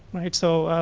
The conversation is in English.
right? so